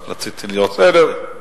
רק רציתי להיות יותר מדויק.